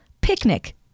Picnic